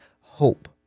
hope